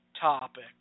topic